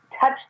touch